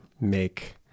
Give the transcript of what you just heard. make